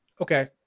Okay